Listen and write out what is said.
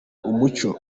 umucyo